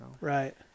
Right